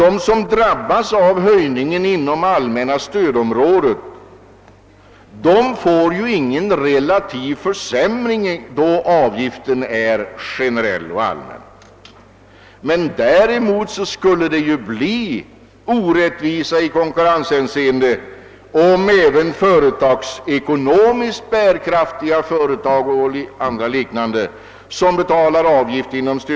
De som drabbas av höjningen inom det allmänna stödområdet får ingen relativ försämring, eftersom avgiften är generell. Däremot skulle det bli orättvisor i konkurrenshänseende, om även ekonomiskt bärkraftiga företag inom stödområdet skulle slippa ifrån avgiftshöjningen.